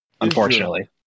unfortunately